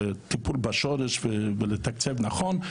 של טיפול מהשורש ותקצוב נכון,